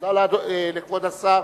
תודה לכבוד השר,